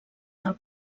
del